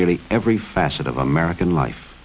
nearly every facet of american life